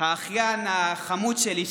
האחיין החמוד שלי,